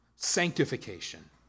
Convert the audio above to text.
Sanctification